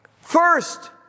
first